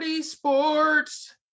sports